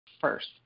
first